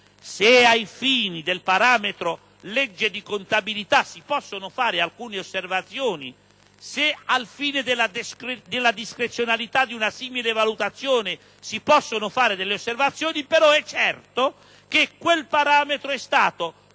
Se ai fini del parametro "legge di contabilità" si possono fare alcune osservazioni, se al fine della discrezionalità di una simile valutazione si possono fare delle osservazioni, è certo però che quel parametro è stato